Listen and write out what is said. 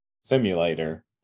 simulator